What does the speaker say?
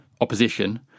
opposition